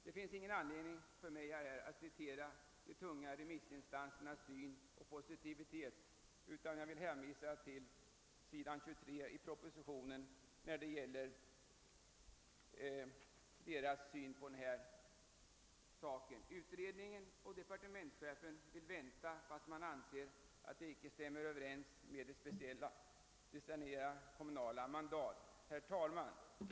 Det finns ingen anledning för mig att citera de tunga remissinstansernas positiva uttalanden, utan jag vill hänvisa till s. 23 i propositionen när det gäller deras syn på denna sak. Utredningen och departementschefen vill vänla fastän man anser att det över huvud taget icke stämmer överens med att specialdestinera kommunala mandat. Herr talman!